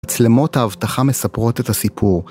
‫מצלמות האבטחה מספרות את הסיפור.